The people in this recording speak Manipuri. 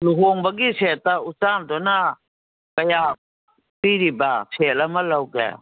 ꯂꯨꯍꯣꯡꯕꯒꯤ ꯁꯦꯠꯇ ꯎꯆꯥꯟꯗꯨꯅ ꯀꯌꯥ ꯄꯤꯔꯤꯕ ꯁꯦꯠ ꯑꯃ ꯂꯧꯒꯦ